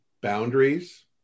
boundaries